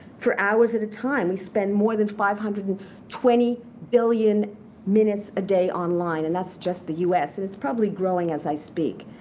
for hours at a time, we spend more than five hundred and twenty billion minutes a day online. and that's just the us. and it's probably growing as i speak.